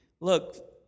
Look